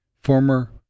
Former